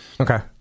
Okay